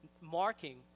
marking